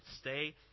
stay